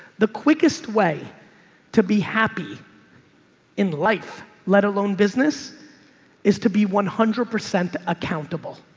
the quickest way to be happy in life, let alone business is to be one hundred percent accountable.